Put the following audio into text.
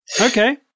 Okay